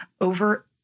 over